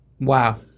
Wow